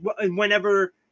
whenever